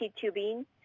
tubing